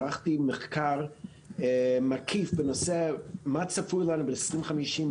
ערכתי מחקר מקיף בנושא מה צפוי לנו ב- 2050,